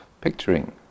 picturing